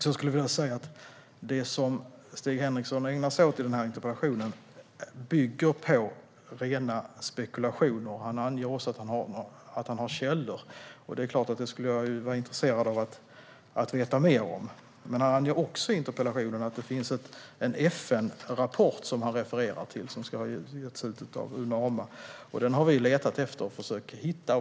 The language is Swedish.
Det som Stig Henriksson ägnar sig åt i interpellationen bygger på rena spekulationer. Han anger att han har källor, och jag är intresserad av att veta mer om dem. Men han refererar också i interpellationen till en FNrapport som ska ha utgivits av Unama. Den har vi letat efter och försökt hitta.